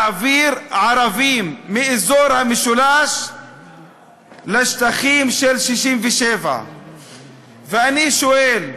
להעביר ערבים מאזור המשולש לשטחים של 1967. ואני שואל,